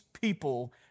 people